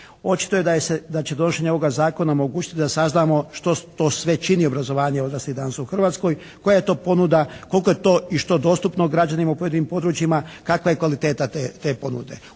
Očito je da će donošenje ovoga zakona omogućiti da saznamo što to sve čini obrazovanje odraslih danas u Hrvatskoj, koja je to ponuda, koliko je to i što dostupno građanima u pojedinim područjima, kakva je kvaliteta te ponude.